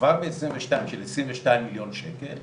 כבר ב-2022 של עשרים ושניים מיליון ₪,